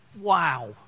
Wow